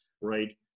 right